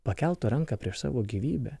pakeltų ranką prieš savo gyvybę